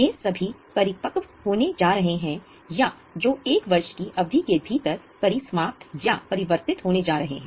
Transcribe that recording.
ये सभी परिपक्व होने जा रहे हैं या जो 1 वर्ष की अवधि के भीतर परिसमाप्त या परिवर्तित होने जा रहे हैं